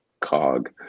cog